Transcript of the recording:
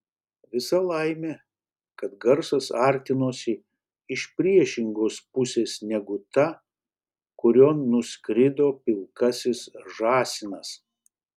visa laimė kad garsas artinosi iš priešingos pusės negu ta kurion nuskrido pilkasis žąsinas